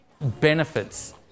benefits